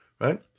Right